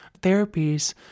therapies